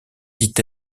dit